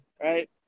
right